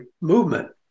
movement